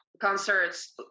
concerts